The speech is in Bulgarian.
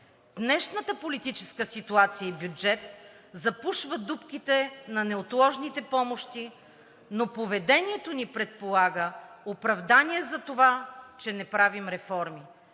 Днешната политическа ситуация и бюджет запушват дупките на неотложните помощи, но поведението ни предполага оправдание за това, че не правим реформи.